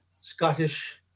Scottish